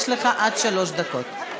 יש לך עד שלוש דקות.